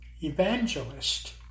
evangelist